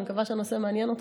אני מקווה שהנושא מעניין אותך: